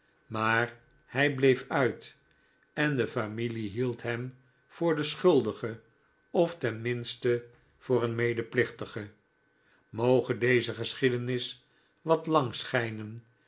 maar hij bleef uit en de familie hield hem voor den schuldige of ten minste voor een medeplichtige moge deze geschiedenis wat lang schijnen